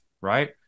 right